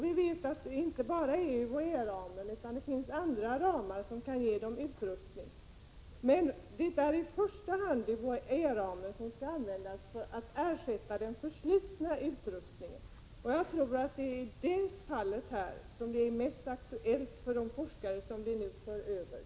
Vi vet att det också finns andra anslag än de som ryms inom UHÄ-ramen vilka kan användas för sådan utrustning, men när försliten utrustning skall ersättas är det i första hand UHÄ-ramen som kommer i fråga. Jag tror att det är detta som är mest aktuellt för de forskare som vi nu för över.